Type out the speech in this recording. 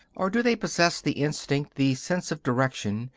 or do they possess the instinct, the sense of direction,